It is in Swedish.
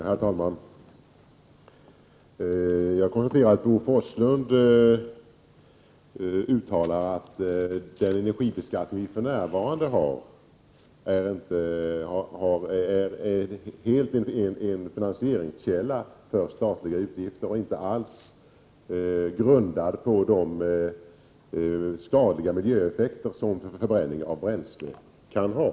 Herr talman! Jag konstaterar att Bo Forslund yttrade att den energibeskattning som vi för närvarande har är en finansieringskälla för statliga utgifter och inte alls baserad på de skadliga miljöeffekter som förbränning av bränsle kan ha.